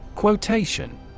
Quotation